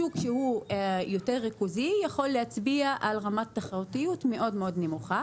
שוק שהוא יותר ריכוזי יכול להצביע על רמת תחרותיות מאוד-מאוד נמוכה.